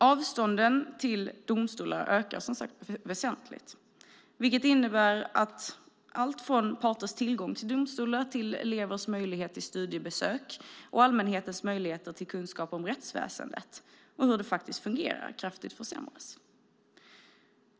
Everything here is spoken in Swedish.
Avstånden till domstolar ökar som sagt väsentligt, vilket innebär att allt från parters tillgång till domstolar till elevers möjligheter till studiebesök och allmänhetens möjligheter till kunskap om rättsväsendet, och hur det faktiskt fungerar, kraftigt försämras.